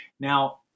Now